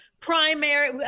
primary